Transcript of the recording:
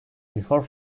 before